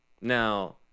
Now